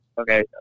okay